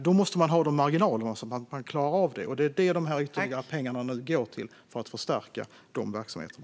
Då måste man ha marginaler så att man klarar av det, och det är det som de här ytterligare pengarna nu går till, alltså att förstärka de verksamheterna.